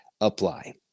apply